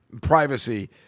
privacy